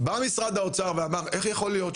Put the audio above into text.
בא משרד האוצר ואמר: איך יכול להיות?